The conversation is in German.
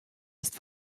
ist